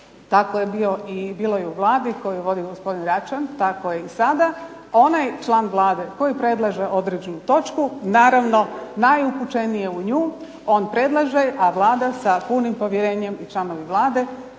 tako je bilo i u Vladi koju je vodio gospodin Račan, tako je i sada, onaj član Vlade koji predlaže određenu točku naravno najupućeniji je u nju. On predlaže, a Vlada sa punim povjerenjem i članovi Vlade,